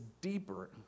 deeper